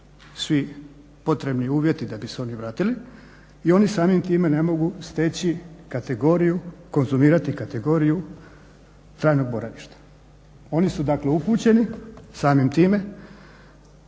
svi potrebni uvjeti da bi se oni vratili i oni samim time ne mogu steći kategoriju, konzumirati kategoriju trajnog boravišta. Oni su dakle upućeni samim time